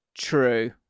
true